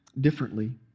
differently